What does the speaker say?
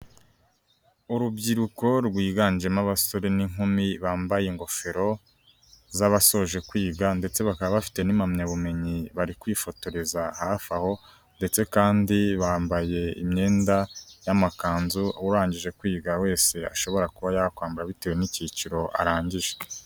Urubyiruko rwiganjemo abasore n'inkumi bambaye ingofero z'abasoje kwiga ndetse bakaba bafite n'impamyabumenyi bari kwifotoreza hafi aho ndetse kandi bambaye imyenda y'amakanzu urangije kwiga wese ashobora kuba yakwambara bitewe n'icyiciro arangije.